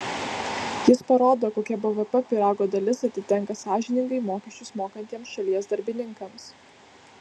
jis parodo kokia bvp pyrago dalis atitenka sąžiningai mokesčius mokantiems šalies darbininkams